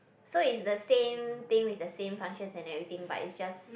so it's the same thing with the same functions and everything but it's just